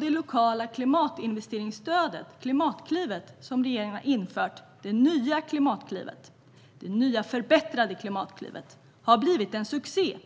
Det lokala klimatinvesteringsstödet som regeringen har infört - det nya och förbättrade Klimatklivet - har blivit en succé.